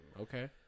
Okay